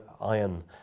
iron